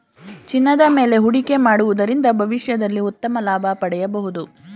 ಚಿನ್ನದ ಮೇಲೆ ಹೂಡಿಕೆ ಮಾಡುವುದರಿಂದ ಭವಿಷ್ಯದಲ್ಲಿ ಉತ್ತಮ ಲಾಭ ಪಡೆಯಬಹುದು